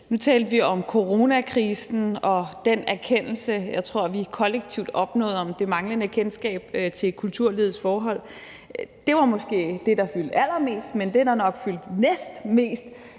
Nu talte vi om coronakrisen og den erkendelse, jeg tror vi kollektivt opnåede om det manglende kendskab til kulturlivets forhold, og det var måske det, der fyldte allermest. Men det, der nok fyldte næstmest